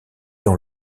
dans